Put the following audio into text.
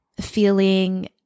feeling